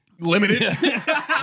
limited